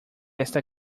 esta